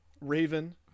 Raven